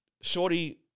Shorty